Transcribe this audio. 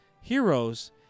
heroes